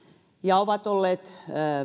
ja jotka ovat olleet